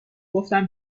گفتم